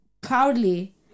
proudly